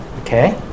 okay